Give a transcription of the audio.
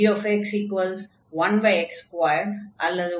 gx1x2அல்லது 1xpp1